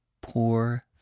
Poor